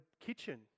kitchen